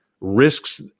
risks